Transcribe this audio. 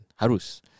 Harus